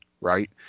right